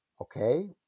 Okay